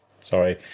Sorry